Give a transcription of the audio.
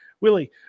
Willie